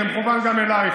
זה מכוון גם אלייך,